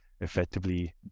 effectively